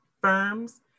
firms